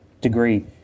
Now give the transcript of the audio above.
degree